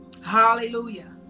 hallelujah